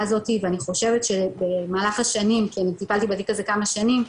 הזאת ואני חושבת שבמהלך השנים כי טיפלתי בתיק הזה כמה שנים,